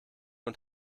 und